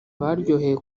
baryohewe